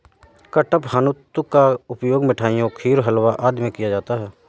कडपहनुत का उपयोग मिठाइयों खीर हलवा इत्यादि में किया जाता है